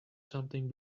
something